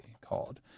called